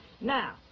Now